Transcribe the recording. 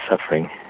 suffering